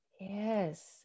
Yes